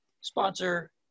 sponsor